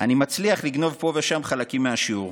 אני מצליח לגנוב פה ושם חלקים מהשיעור.